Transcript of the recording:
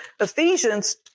Ephesians